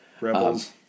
Rebels